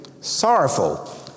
Sorrowful